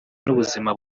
n’ubuzima